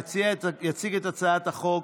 יציג את הצעת החוק